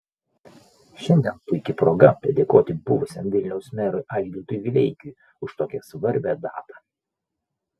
šiandien puiki proga padėkoti buvusiam vilniaus merui algirdui vileikiui už tokią svarbią datą